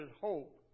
hope